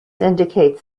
indicates